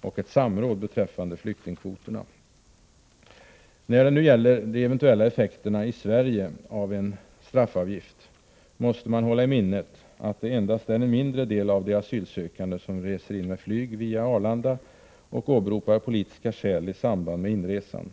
och ett samråd beträffande flyktingkvoterna. När det gäller de eventuella effekterna i Sverige av en straffavgift måste man hålla i minnet att det endast är ett mindre antal av de asylsökande som reser in med flyg via Arlanda och åberopar politiska skäl i samband med inresan.